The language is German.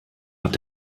hat